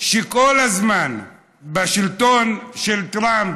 שכל זמן השלטון של טראמפ